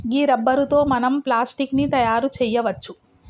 గీ rubber తో మనం plastic ని తయారు చేయవచ్చు